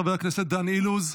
חבר הכנסת דן אילוז,